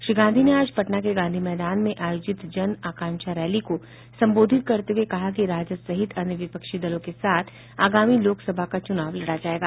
श्री गांधी ने आज पटना के गांधी मैदान में आयोजित जन आकांक्षा रैली को संबोधित करते हुए कहा कि राजद सहित अन्य विपक्षी दलों के साथ आगामी लोकसभा का चुनाव लड़ा जाएगा